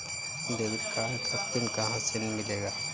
Debit card का PIN कहां से मिलेगा?